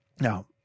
Now